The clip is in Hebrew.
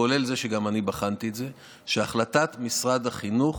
כולל זה שגם אני בחנתי את זה, שהחלטת משרד החינוך